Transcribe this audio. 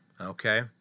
Okay